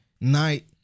night